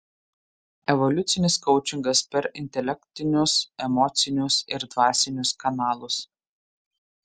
evoliucinis koučingas per intelektinius emocinius ir dvasinius kanalus